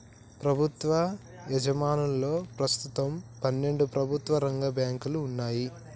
ప్రభుత్వ యాజమాన్యంలో ప్రస్తుతం పన్నెండు ప్రభుత్వ రంగ బ్యాంకులు వున్నయ్